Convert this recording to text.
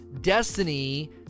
destiny